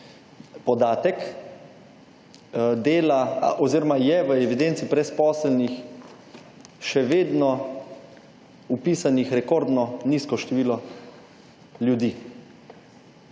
podatek, dela oziroma je v evidenci brezposelnih še vedno vpisanih rekordno nizko število ljudi.